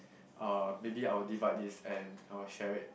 uh maybe I will divide this and I will share it